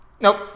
Nope